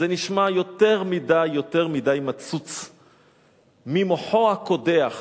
זה נשמע יותר מדי, יותר מדי מצוץ ממוחו הקודח